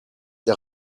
der